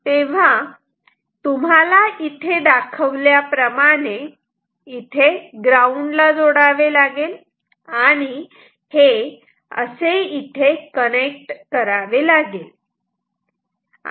तेव्हा तुम्हाला इथे असे दाखवल्याप्रमाणे इथे ग्राऊंड ला जोडावे लागेल आणि हे असे इथे कनेक्ट करावे लागेल